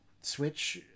switch